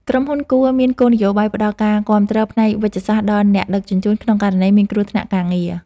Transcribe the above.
ក្រុមហ៊ុនគួរមានគោលនយោបាយផ្ដល់ការគាំទ្រផ្នែកវេជ្ជសាស្ត្រដល់អ្នកដឹកជញ្ជូនក្នុងករណីមានគ្រោះថ្នាក់ការងារ។